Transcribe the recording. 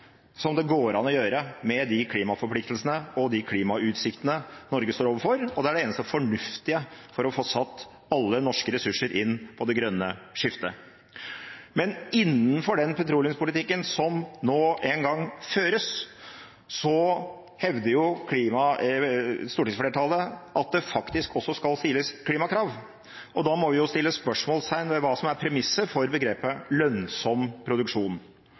som det går an å gjøre med de klimaforpliktelsene og de klimautsiktene Norge står overfor, og det er det eneste fornuftige for å få satt alle norske ressurser inn på det grønne skiftet. Men innenfor den petroleumspolitikken som nå engang føres, hevder jo stortingsflertallet at det faktisk også skal stilles klimakrav, og da må vi jo stille spørsmål ved hva som er premisset for begrepet «lønnsom produksjon».